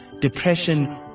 depression